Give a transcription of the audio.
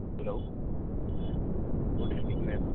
hello good evening ma'am